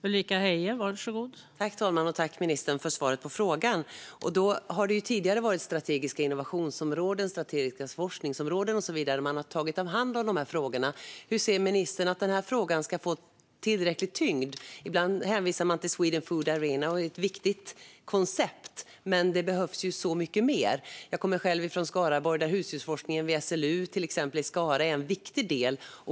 Fru talman! Tack, ministern, för svaret på frågan! Tidigare har man tagit hand om frågorna om strategiska innovationsområden, strategiska forskningsområden och så vidare. Hur ser ministern att den här frågan ska få tillräcklig tyngd? Ibland hänvisar man till Sweden Food Arena, som är ett viktigt koncept, men det behövs ju så mycket mer. Jag kommer själv från Skaraborg, där till exempel husdjursforskningen vid SLU i Skara är en viktig del.